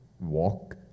walk